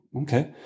Okay